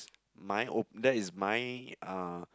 my o~ that is my uh